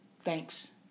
Thanks